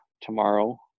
tomorrow